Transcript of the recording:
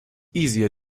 easier